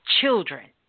children